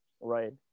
right